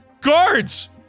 guards